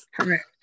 Correct